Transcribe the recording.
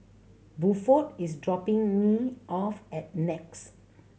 Buford is dropping me off at NEX